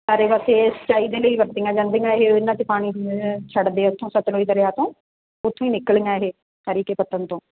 ਚਾਰੇ ਪਾਸੇ ਸਿੰਚਾਈ ਦੇ ਲਈ ਵਰਤੀਆਂ ਜਾਂਦੀਆਂ ਇਹ ਇਹਨਾਂ 'ਚ ਪਾਣੀ ਛੱਡ ਦੇ ਉੱਥੋਂ ਸਤਲੁਜ ਦਰਿਆ ਤੋਂ ਉੱਥੋਂ ਹੀ ਨਿੱਕਲੀਆਂ ਇਹ ਹਰੀਕੇ ਪੱਤਣ ਤੋਂ